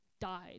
died